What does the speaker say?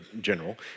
general